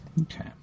Okay